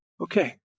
Okay